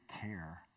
care